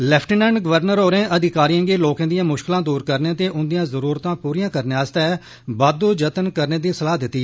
lieutenant governor होरे अधिकारिए गी लोके दिया मुश्किलां दूर करने ते उंदियां जरूरतां पूरियां करने आस्तै बाद्दू जत्न करने दी सलाह दित्ती